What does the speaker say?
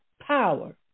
power